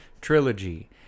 trilogy